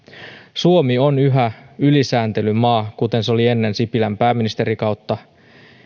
suomi on yhä ylisääntelyn maa kuten se oli ennen sipilän pääministerikautta